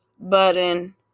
button